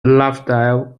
lifestyle